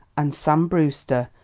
and sam brewster,